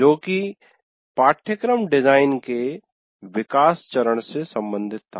जो कि पाठ्यक्रम डिजाइन के विकास चरण से संबंधित था